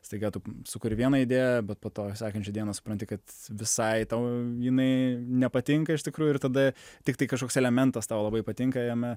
staiga tu sukuri vieną idėją bet po to sekančią dieną supranti kad visai tau jinai nepatinka iš tikrųjų ir tada tiktai kažkoks elementas tau labai patinka jame